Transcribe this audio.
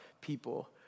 people